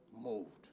moved